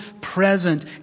present